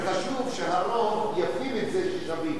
וחשוב שהרוב יפנים את זה ששווים.